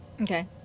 Okay